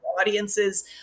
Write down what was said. audiences